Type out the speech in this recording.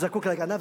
שזקוק להגנה,